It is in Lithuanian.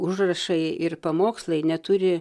užrašai ir pamokslai neturi